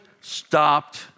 stopped